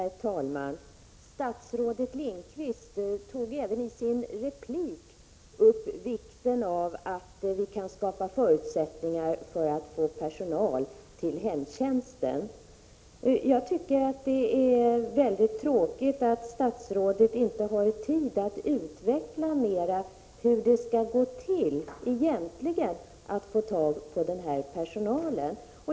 Herr talman! Statsrådet Lindqvist tog även i sin replik upp vikten av att skapa förutsättningar för att få personal till hemtjänsten. Jag tycker att det är väldigt tråkigt att statsrådet inte har haft tid att utveckla mera hur det egentligen skall gå till att få tag på den här personalen.